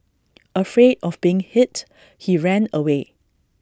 afraid of being hit he ran away